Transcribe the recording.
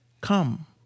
come